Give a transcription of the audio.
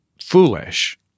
foolish